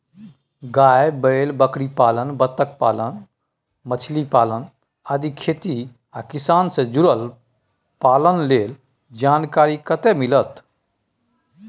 गाय, बैल, बकरीपालन, बत्तखपालन, मछलीपालन आदि खेती आ किसान से जुरल पालन लेल जानकारी कत्ते मिलत?